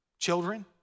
children